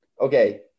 okay